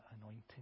anointing